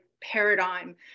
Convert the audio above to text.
paradigm